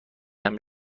همه